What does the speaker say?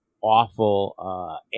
awful